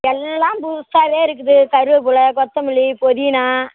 எல்லாம் புதுசாகவே இருக்குது கருவேப்பிலை கொத்தமல்லி புதினா